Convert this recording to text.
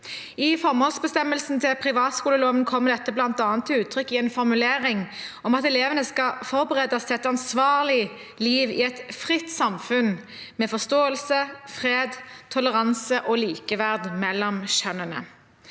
I formålsbestemmelsen til privatskoleloven kommer dette bl.a. til uttrykk i en formulering om at elevene skal forberedes til et ansvarlig liv i et fritt samfunn med forståelse, fred, toleranse og likeverd mellom kjønnene.